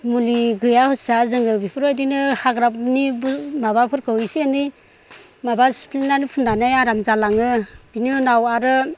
मुलि गैया हसिया जोङो बेफोरबायदिनो हाग्रानि माबाफोरखौ एसे एनै माबा सिफ्लेनानै फुननानै आराम जालाङो बिनि उनाव आरो